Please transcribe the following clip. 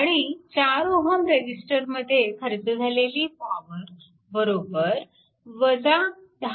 आणि 4 Ω रेजिस्टरमध्ये खर्च झालेली पॉवर 10